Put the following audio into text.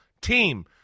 Team